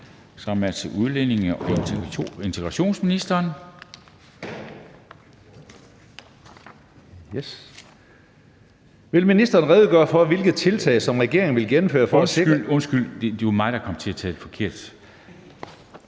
som er til udlændinge- og integrationsministeren. (Karsten Hønge (SF): Vil ministeren redegøre for, hvilke tiltag regeringen vil gennemføre ...). Undskyld, undskyld, det var mig, der kom til at sige forkert.